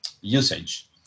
usage